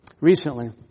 Recently